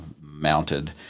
mounted